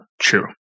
true